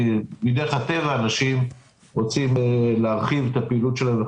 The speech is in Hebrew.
מדרך הטבע אנשים רוצים להרחיב את הפעילות שלהם.